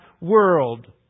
world